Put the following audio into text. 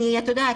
את יודעת,